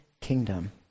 kingdom